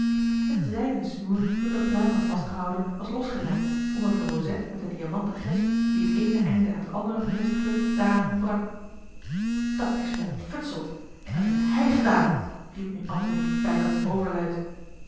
het zijden snoer dat de pluim had vastgehouden was losgeraakt omdat de rozet met de diamanten gesp die het eene eind aan het andere bevestigde daaraan ontbrak a l g bosboom-toussaint de delftsche wonderdokter eel at s me ontfutseld en dat heeft hij gedaan riep nu antony bijkans overluid